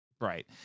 Right